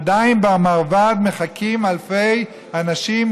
עדיין במרב"ד מחכים אלפי אנשים,